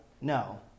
No